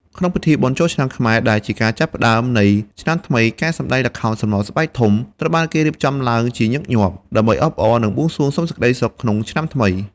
ក្នុងពិធីបុណ្យចូលឆ្នាំខ្មែរ ដែលជាការចាប់ផ្តើមនៃឆ្នាំថ្មី ការសម្តែងល្ខោនស្រមោលស្បែកធំ ត្រូវបានគេរៀបចំឡើងជាញឹកញាប់ ដើម្បីអបអរ និងបួងសួងសុំសេចក្តីសុខក្នុងឆ្នាំថ្មី។